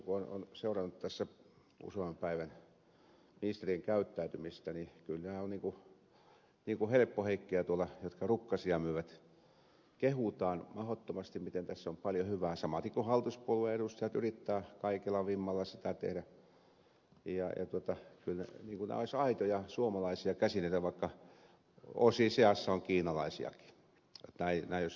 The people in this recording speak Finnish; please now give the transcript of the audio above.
kun on seurannut usean päivän ministerien käyttäytymistä ministerien aitiossa niin kyllä nämä ovat niin kuin helppoheikkejä jotka rukkasia myyvät kehutaan mahdottomasti miten tässä on paljon hyvää samaten kuin hallituspuolueiden edustajat yrittävät kaikella vimmalla sitä tehdä niin kuin nämä olisivat aitoja suomalaisia käsineitä vaikka osin seassa on kiinalaisiakin näin jos sen kuvaisi lainauksella